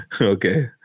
Okay